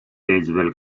tazewell